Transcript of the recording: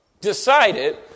decided